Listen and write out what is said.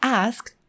asked